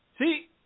See